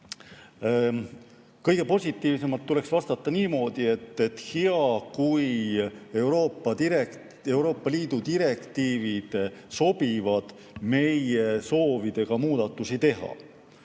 kõige positiivsemalt tuleks vastata niimoodi, et on hea, kui Euroopa Liidu direktiivid sobivad meie soovidega muudatusi teha.